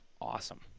awesome